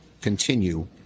continue